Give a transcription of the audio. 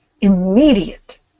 immediate